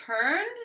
turned